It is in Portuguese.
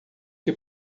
que